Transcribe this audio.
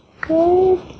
good